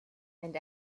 and